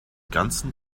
ganzen